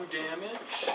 damage